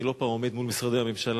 אני לא פעם עומד מול משרדי הממשלה,